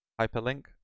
hyperlink